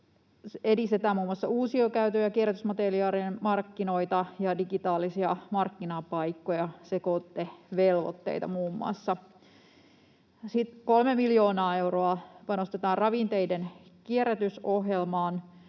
edistetään muun muassa uusiokäytön ja kierrätysmateriaalien markkinoita ja digitaalisia markkinapaikkoja, sekoitevelvoitteita muun muassa. Sitten 3 miljoonaa euroa panostetaan ravinteiden kierrätysohjelmaan,